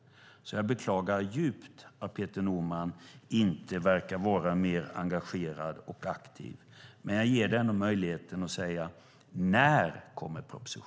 Jag beklagar djupt att Peter Norman inte verkar vara mer engagerad och aktiv. Jag ger honom ändå möjligheten att tala om när propositionen kommer.